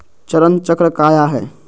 चरण चक्र काया है?